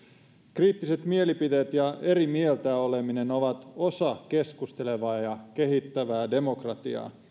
kriittiset mielipiteet ja eri mieltä oleminen ovat osa keskustelevaa ja kehittävää demokratiaa